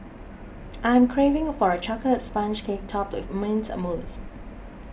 I'm craving for a Chocolate Sponge Cake Topped with Mint Mousse